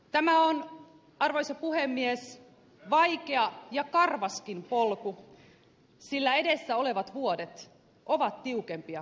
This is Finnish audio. tämä on arvoisa puhemies vaikea ja karvaskin polku sillä edessä olevat vuodet ovat tiukempia kuin menneet